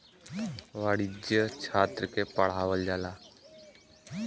वाणिज्य छात्र के पढ़ावल जाला